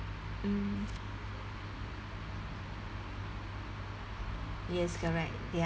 mm yes correct ya